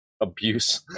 abuse